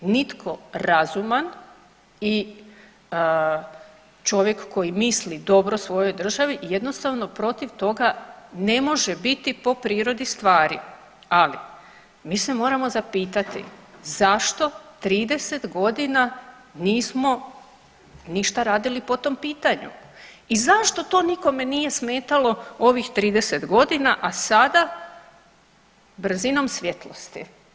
Nitko razuman i čovjek koji misli dobro svojoj državi jednostavno protiv toga ne može biti po prirodi stvari, ali mi se moramo zapitati zašto 30 godina nismo ništa radili po tom pitanju i zašto to nikome nije smetalo ovih 30 godina, a sada brzinom svjetlosti.